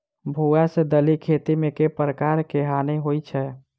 भुआ सँ दालि खेती मे केँ प्रकार केँ हानि होइ अछि?